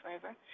forever